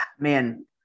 man